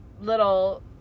little